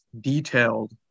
detailed